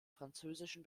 französischen